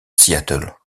seattle